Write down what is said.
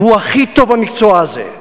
והוא הכי טוב במקצוע הזה.